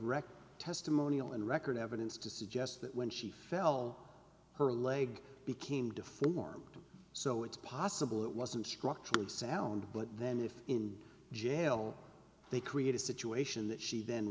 record testimonial and record evidence to suggest that when she fell her leg became deformed so it's possible it wasn't structurally sound but then if in jail they create a situation that she then